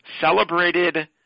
celebrated